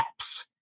apps